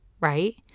right